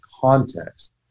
context